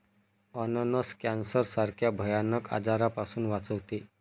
अननस कॅन्सर सारख्या भयानक आजारापासून वाचवते